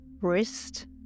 wrist